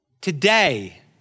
today